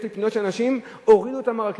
יש לי פניות של אנשים, הורידו אותם מהרכבת.